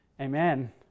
Amen